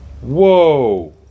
Whoa